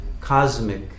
cosmic